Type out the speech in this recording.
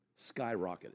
skyrocketed